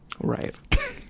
Right